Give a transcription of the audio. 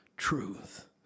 truth